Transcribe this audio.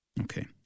Okay